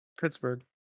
Pittsburgh